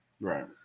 right